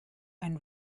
and